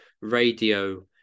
radio